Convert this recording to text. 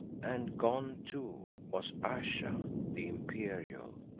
and gone too was ayesha the imperial,